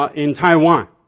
ah in taiwan,